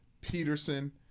Peterson